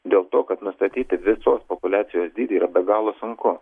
dėl to kad nustatyti visos populiacijos dydį yra be galo sunku